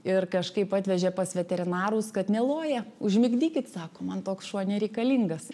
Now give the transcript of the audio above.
ir kažkaip atvežė pas veterinarus kad neloja užmigdykit sako man toks šuo nereikalingas